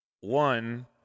one